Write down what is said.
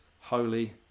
holy